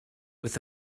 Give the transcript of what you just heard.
with